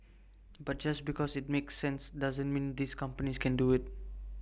but just because IT makes sense doesn't mean these companies can do IT